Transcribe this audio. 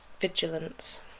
vigilance